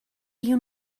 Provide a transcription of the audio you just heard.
you